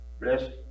Bless